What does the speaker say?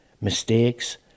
mistakes